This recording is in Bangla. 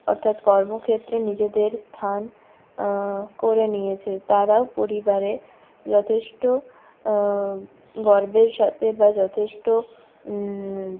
অর্থাৎ কর্মক্ষেত্রে নিজেদের স্থান করে নিয়েছে তারাও পরিবারে যথেষ্ট গর্বের সাথে বা যথেষ্ট